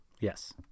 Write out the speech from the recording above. Yes